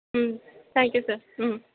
ம் thank you sir ம்